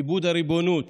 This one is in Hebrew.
איבוד הריבונות